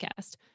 podcast